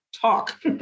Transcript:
talk